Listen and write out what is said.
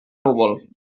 núvol